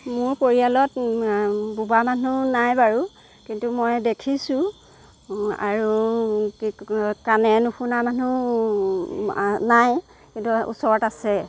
মোৰ পৰিয়ালত বোবা মানুহ নাই বাৰু কিন্তু মই দেখিছোঁ আৰু কি ক কাণেৰে নুশুনা মানুহ নাই কিন্তু ওচৰত আছে